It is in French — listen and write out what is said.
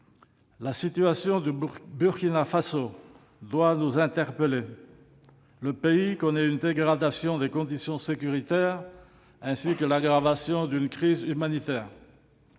La situation du Burkina Faso doit nous interpeller. Le pays connaît une dégradation des conditions sécuritaires, ainsi qu'une aggravation de la crise humanitaire.